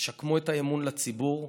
תשקמו את האמון של הציבור.